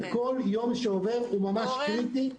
וכל יום שעובר הוא ממש קריטי.